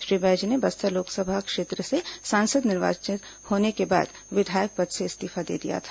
श्री बैज ने बस्तर लोकसभा क्षेत्र से सांसद निर्वाचित होने के बाद विधायक पद से इस्तीफा दे दिया था